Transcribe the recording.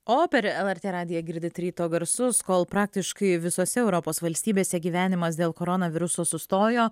o per lrt radiją girdit ryto garsus kol praktiškai visose europos valstybėse gyvenimas dėl koronaviruso sustojo